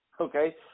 okay